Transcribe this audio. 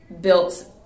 built